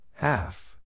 Half